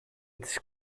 της